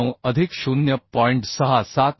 679 अधिक 0